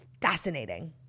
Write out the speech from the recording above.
fascinating